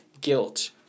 guilt